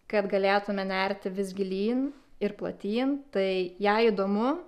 kad galėtumė nerti vis gilyn ir platyn tai jai įdomu